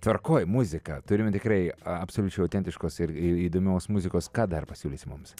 tvarkoj muzika turime tikrai absoliučiai autentiškos ir įdomios muzikos ką dar pasiūlysi mums